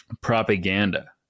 propaganda